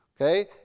Okay